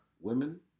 women